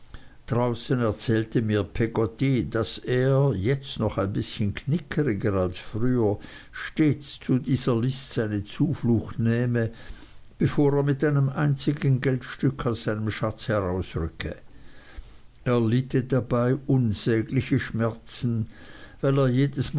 draußen erzählte mir peggotty daß er jetzt noch ein bißchen knickeriger als früher stets zu dieser list seine zuflucht nähme bevor er mit einem einzigen geldstück aus seinem schatz herausrücke er litte dabei unsägliche schmerzen weil er jedesmal